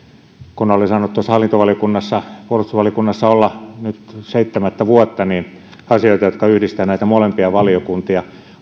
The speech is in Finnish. olen saanut hallintovaliokunnassa ja puolustusvaliokunnassa olla nyt seitsemättä vuotta ja nämä ovat asioita jotka yhdistävät näitä molempia valiokuntia